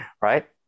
right